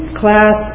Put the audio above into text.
class